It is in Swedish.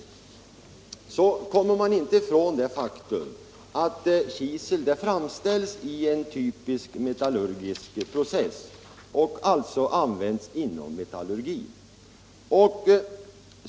Man kommer inte ifrån det faktum att kisel framställs i en typiskt metallurgisk process och alltså hör hemma inom metallurgin.